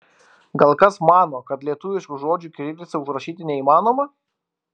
gal kas mano kad lietuviškų žodžių kirilica užrašyti neįmanoma